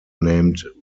named